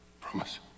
Promise